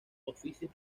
oficios